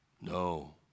No